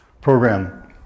program